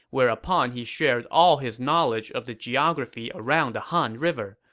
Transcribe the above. whereupon he shared all his knowledge of the geography around the han river.